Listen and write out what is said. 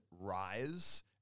rise